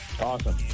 Awesome